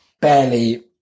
barely